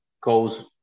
goes